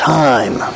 time